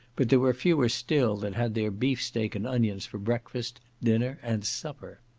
but there were fewer still that had their beefsteak and onions for breakfast, dinner, and supper.